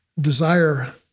desire